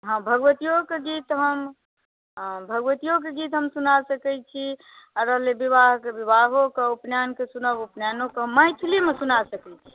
हॅं भगवतियो के गीत हम सुना सकै छी आरो भेलै विवाहके विवाहोके उपनयनके सुनब उपनयनोके मैथिलीमे सुना सकै छी